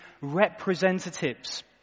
representatives